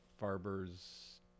Farber's